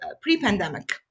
pre-pandemic